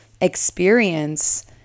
experience